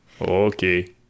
Okay